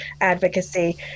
advocacy